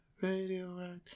Radioactive